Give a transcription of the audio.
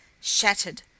shattered